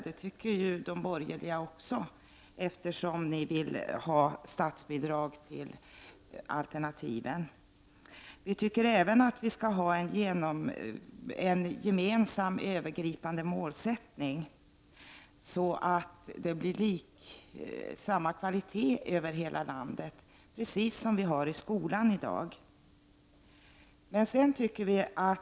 Det tycker de borgerliga också, eftersom ni vill ha statsbidrag till alternativen. Vi tycker även att vi skall ha en gemensam, övergripande målsättning, så att det blir samma kvalitet på barnomsorgen över hela landet — precis som vi i dag har när det gäller skolan.